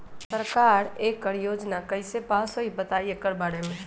सरकार एकड़ योजना कईसे पास होई बताई एकर बारे मे?